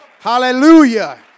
hallelujah